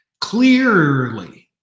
Clearly